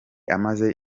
amaze